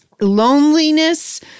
loneliness